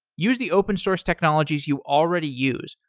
use the open source technologies you already use,